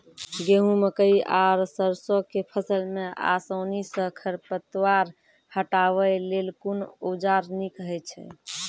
गेहूँ, मकई आर सरसो के फसल मे आसानी सॅ खर पतवार हटावै लेल कून औजार नीक है छै?